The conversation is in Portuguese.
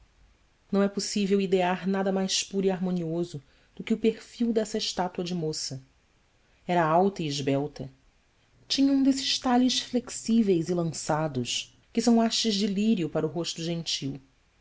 não é possível idear nada mais puro e harmonioso do que o perfil dessa estátua de moça era alta e esbelta tinha um desses talhes flexíveis e lançados que são hastes de lírio para o rosto gentil